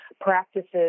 practices